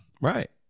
right